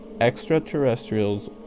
extraterrestrials